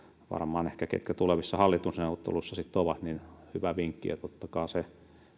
varmaan niille ketkä tulevissa hallitusneuvotteluissa sitten ovat hyvä vinkki on että ottakaa se